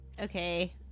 Okay